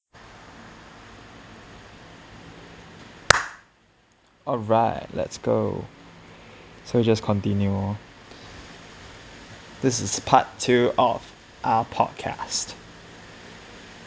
alright let's go so just continue this is part two of our podcast